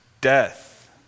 death